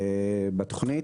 בתוכנית.